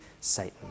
Satan